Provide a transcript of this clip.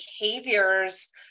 behaviors